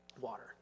water